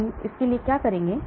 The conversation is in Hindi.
तो हम क्या करेंगे